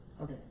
Okay